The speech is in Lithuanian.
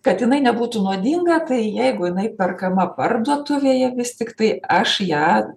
kad jinai nebūtų nuodinga tai jeigu jinai perkama parduotuvėje vis tiktai aš ją